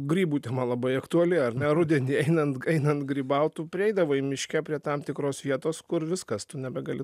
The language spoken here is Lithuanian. grybų tema labai aktuali ar ne rudenį einant einant grybaut tu prieidavai miške prie tam tikros vietos kur viskas tu nebegali